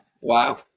wow